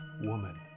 woman